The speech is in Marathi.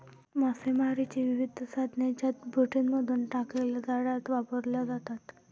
मासेमारीची विविध साधने ज्यात बोटींमधून टाकलेल्या जाळ्या वापरल्या जातात